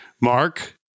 Mark